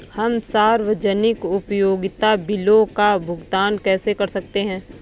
हम सार्वजनिक उपयोगिता बिलों का भुगतान कैसे कर सकते हैं?